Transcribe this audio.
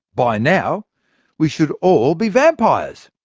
by now we should all be vampires.